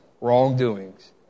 wrongdoings